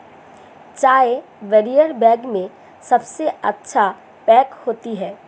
चाय barrier bag में सबसे अच्छी पैक होती है